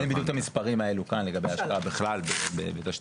אין לי בדיוק את המספרים כאן לגבי ההשקעה בכלל בתשתיות,